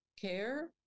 care